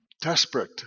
desperate